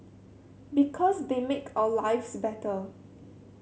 because they make our lives better